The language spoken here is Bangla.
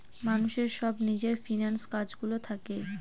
মানুষের সব নিজের ফিন্যান্স কাজ গুলো থাকে